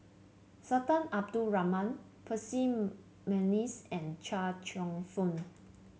Sultan Abdul Rahman Percy McNeice and Chia Cheong Fook